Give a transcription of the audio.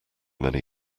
many